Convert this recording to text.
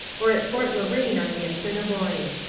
or at fort la reine on the assiniboine.